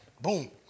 boom